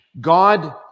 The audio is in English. God